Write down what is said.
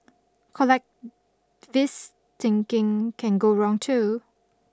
collecvist thinking can go wrong too